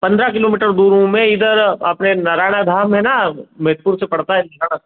पन्द्रह किलोमीटर दूर हूँ मैं इधर अपने नारायणाधाम है ना मेधपुर से पड़ता है इधर